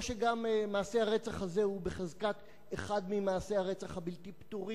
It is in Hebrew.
או שגם מעשה הרצח הזה הוא בחזקת אחד ממעשי הרצח הבלתי-פתורים,